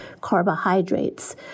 carbohydrates